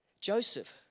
Joseph